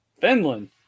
Finland